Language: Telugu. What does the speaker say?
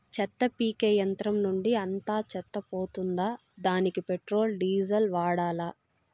చెత్త పీకే యంత్రం నుండి అంతా చెత్త పోతుందా? దానికీ పెట్రోల్, డీజిల్ వాడాలా?